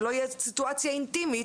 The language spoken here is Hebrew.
שלא תהיה סיטואציה אינטימית.